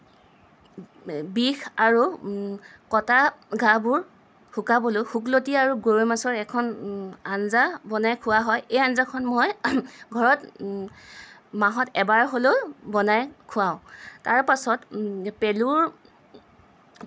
বিষ আৰু কটা ঘাবোৰ শুকাবলৈ শুকলতি আৰু গৰৈ মাছৰ এখন আঞ্জা বনাই খুওৱা হয় এই আঞ্জাখন মই ঘৰত মাহত এবাৰ হ'লেও বনাই খুৱাওঁ তাৰপাছত পেলুৰ